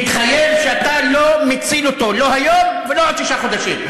תתחייב שאתה לא מציל אותו לא היום ולא עוד שישה חודשים.